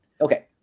Okay